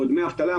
או דמי אבטלה,